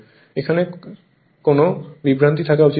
এখানে কোন বিভ্রান্তি থাকা উচিত নয়